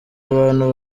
abantu